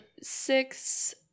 Six